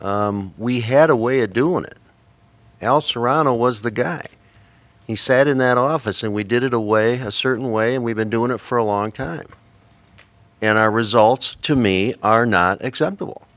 but we had a way of doing it el serrano was the guy he said in that office and we did it a way has certain way and we've been doing it for a long time and our results to me are not acceptable